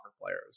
players